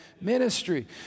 ministry